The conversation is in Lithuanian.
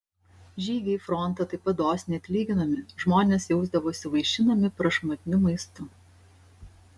žygiai į frontą taip pat dosniai atlyginami žmonės jausdavosi vaišinami prašmatniu maistu